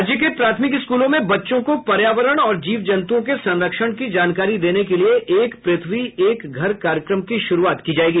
राज्य के प्राथमिक स्कूलों में बच्चों को पर्यावरण और जीव जंतुओं के संरक्षण की जानकारी देने के लिए एक प्रथ्वी एक घर कार्यक्रम की शुरूआत की जायेगी